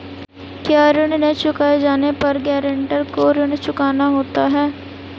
क्या ऋण न चुकाए जाने पर गरेंटर को ऋण चुकाना होता है?